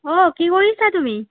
অঁ কি কৰিছা তুমি